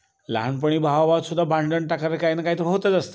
लहानपणी भावाभावातसुद्धा भांडण तक्रार काय ना काय तर होतच असतं